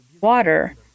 Water